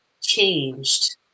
changed